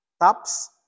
tops